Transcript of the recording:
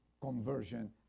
conversion